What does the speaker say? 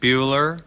Bueller